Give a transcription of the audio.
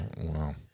Wow